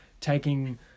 taking